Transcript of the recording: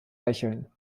lächeln